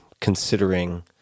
considering